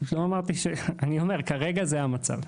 אני אומר, כרגע זה המצב.